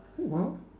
what